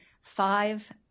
five